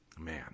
man